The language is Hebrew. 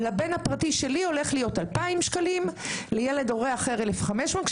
הולך להיות 2,000 שקלים או 1,500 שקלים,